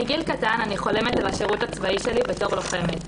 מגיל קטן אני חולמת על השירות הצבאי שלי בתור לוחמת.